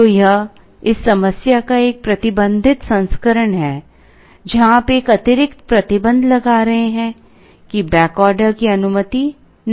तो यह इस समस्या का एक प्रतिबंधित संस्करण है जहां आप एक अतिरिक्त प्रतिबंध लगा रहे हैं कि बैक ऑर्डर की अनुमति नहीं है